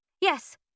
Yes